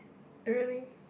really